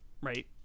Right